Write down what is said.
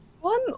One